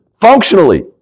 functionally